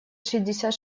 шестьдесят